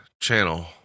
channel